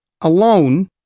alone